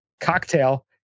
cocktail